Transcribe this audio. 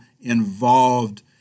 involved